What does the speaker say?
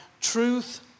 truth